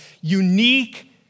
unique